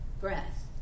Breath